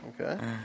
Okay